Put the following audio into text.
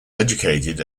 educated